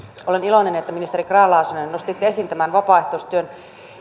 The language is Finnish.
olen iloinen että ministeri grahn laasonen nostitte esiin vapaaehtoistyön